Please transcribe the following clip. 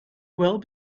well